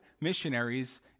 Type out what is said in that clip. missionaries